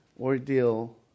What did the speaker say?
ordeal